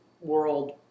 world